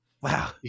Wow